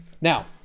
Now